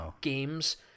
games